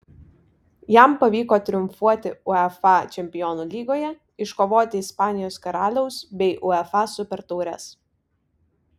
jam pavyko triumfuoti uefa čempionų lygoje iškovoti ispanijos karaliaus bei uefa supertaures